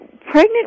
pregnant